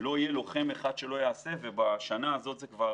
לא יהיה לוחם אחד שלא יעשה והשנה כבר